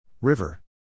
River